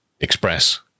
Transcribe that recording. Express